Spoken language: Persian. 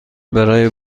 برای